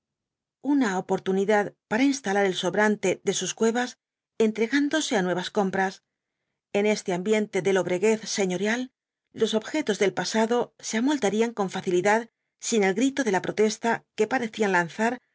una oportunidad para instalar el sobrante de sus cuevas entregándose á nuevas compras en este ambiente de lobreguez señorial los objetos del pasado se amoldarían con facilidad sin el grito de protesta que parecían lanzar